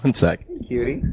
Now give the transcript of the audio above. and sec. sorry.